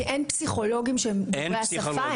כי אין פסיכולוגים שהם דוברי השפה?